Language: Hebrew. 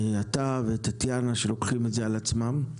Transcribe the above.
אתה וטטיאנה, שלוקחים את זה על עצמם.